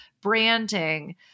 branding